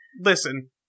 listen